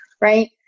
right